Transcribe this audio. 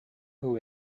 who